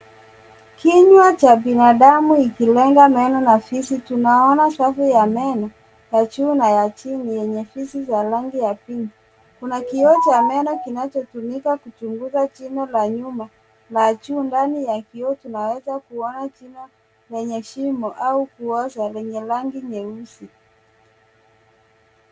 Kinywa cha binadamu ikilenga meno na fizi. Tunaona safu ya meno ya juu na ya chini yenye fizi za rangi ya pinki. Kuna kioo cha meno kinachotumika kuchunguza jino la nyuma na juu ndani ya kioo tunaweza kuona jino lenye shimo au kuoza lenye rangi nyeusi.